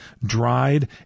dried